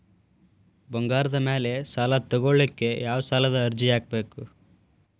ಬಂಗಾರದ ಮ್ಯಾಲೆ ಸಾಲಾ ತಗೋಳಿಕ್ಕೆ ಯಾವ ಸಾಲದ ಅರ್ಜಿ ಹಾಕ್ಬೇಕು?